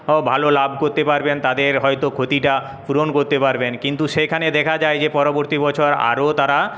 ভালো লাভ করতে পারবেন তাদের হয়তো ক্ষতিটা পূরণ করতে পারবেন কিন্তু সেখানে দেখা যায় যে পরবর্তী বছর আরও তারা